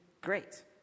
great